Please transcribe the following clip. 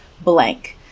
blank